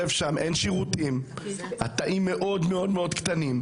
יושב שם, אין שירותים, התאים מאוד מאוד קטנים.